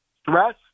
stress